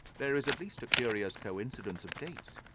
there is at least a curious coincidence of dates.